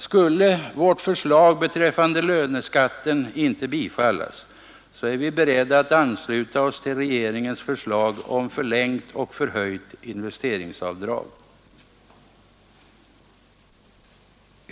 Skulle vårt förslag beträffande löneskatten inte bifallas, är vi beredda att ansluta oss till regeringens förslag om förlängt och förhöjt investeringsavdrag.